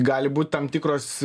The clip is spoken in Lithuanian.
gali būt tam tikros